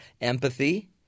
empathy